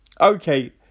okay